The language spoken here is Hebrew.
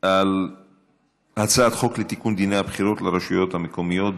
על הצעת חוק לתיקון דיני הבחירות לרשויות המקומיות,